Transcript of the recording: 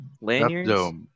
lanyards